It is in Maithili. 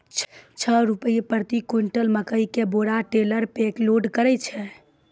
छह रु प्रति क्विंटल मकई के बोरा टेलर पे लोड करे छैय?